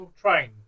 train